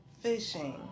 fishing